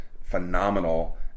phenomenal